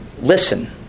listen